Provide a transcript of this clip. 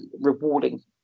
rewarding